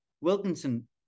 Wilkinson